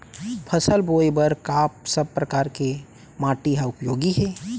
फसल बोए बर का सब परकार के माटी हा उपयोगी हे?